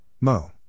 Mo